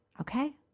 okay